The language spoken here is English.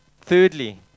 Thirdly